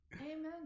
amen